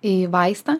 į vaistą